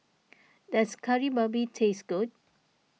does Kari Babi taste good